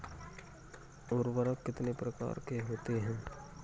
उर्वरक कितने प्रकार के होते हैं?